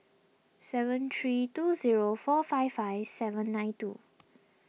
seven three two zero four five five seven nine two